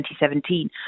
2017